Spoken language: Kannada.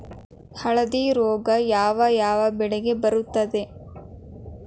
ಹಳದಿ ರೋಗ ಯಾವ ಯಾವ ಬೆಳೆಗೆ ಬರುತ್ತದೆ?